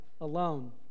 alone